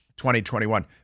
2021